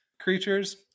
creatures